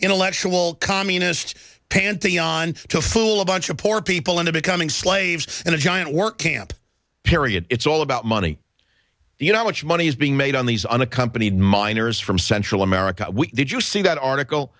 intellectual communist pantheon to fool a bunch of poor people into becoming slaves in a giant work camp period it's all about money you know how much money is being made on these unaccompanied minors from central america did you see that article